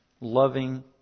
loving